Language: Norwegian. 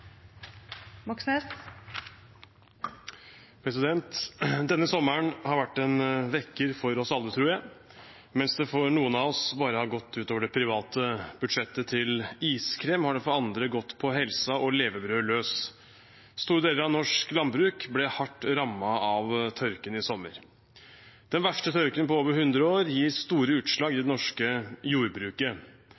Denne sommeren har vært en vekker for oss alle, tror jeg. Mens det for noen av oss bare har gått ut over det private budsjettet til iskrem, har det for andre gått på helsen og levebrødet løs. Store deler av norsk landbruk ble hardt rammet av tørken i sommer. Den verste tørken på over hundre år gir store utslag i